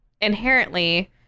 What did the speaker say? inherently